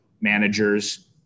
managers